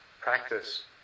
practice